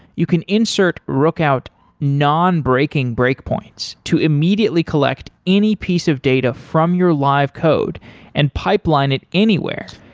you can insert rookout non-breaking breakpoints to immediately collect any piece of data from your live code and pipeline it anywhere.